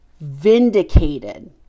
vindicated